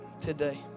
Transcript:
today